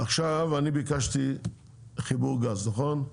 אני ביקשתי חיבור גז, נכון?